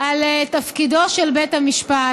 על תפקידו של בית המשפט,